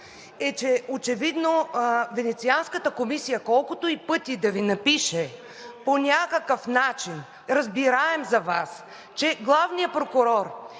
е, че очевидно Венецианската комисия колкото и пъти да Ви напише по някакъв начин, разбираем за Вас, че главният прокурор